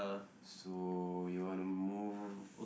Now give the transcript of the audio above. so you wanna move